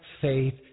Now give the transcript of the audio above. faith